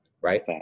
right